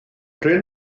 prin